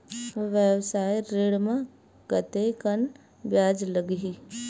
व्यवसाय ऋण म कतेकन ब्याज लगही?